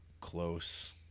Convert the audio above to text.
close